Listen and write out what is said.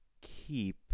keep